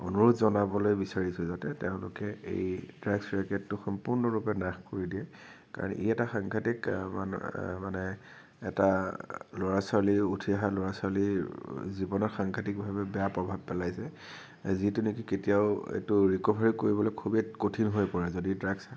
অনুৰোধ জনাবলৈ বিচাৰিছোঁ যাতে তেওঁলোকে এই ড্ৰাগছ ৰেকেটটো সম্পূৰ্ণৰূপে নাশ কৰি দিয়ে কাৰণ ই এটা সাংঘাতিক মানে এটা ল'ৰা ছোৱালী উঠি অহা ল'ৰা ছোৱালী জীৱনত সাংঘাতিকভাৱে বেয়া প্ৰভাৱ পেলাইছে যিটো নেকি কেতিয়াও এইটো ৰিক'ভাৰী কৰিবলে খুবেই কঠিন হৈ পৰে যদি ড্ৰাগছ